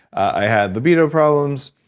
i had libido problems,